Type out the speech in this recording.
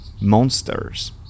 monsters